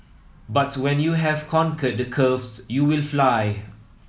but when you have conquered the curves you will fly